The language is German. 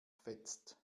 fetzt